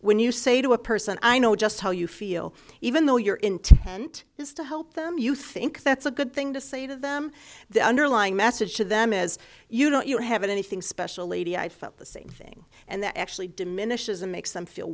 when you say to a person i know just how you feel even though your intent is to help them you think that's a good thing to say to them the underlying message to them as you don't you have anything special lady i felt the saying and that actually diminishes and makes them feel